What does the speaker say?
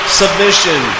submission